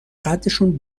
قدشون